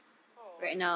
oh